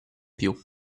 più